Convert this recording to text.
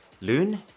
Loon